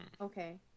Okay